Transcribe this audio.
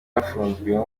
bafunzwe